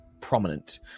prominent